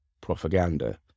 propaganda